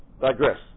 digress